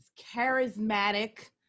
charismatic